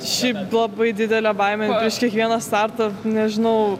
šiaip labai didelė baimė prieš kiekvieną startą nežinau